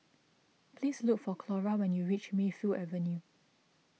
please look for Clora when you reach Mayfield Avenue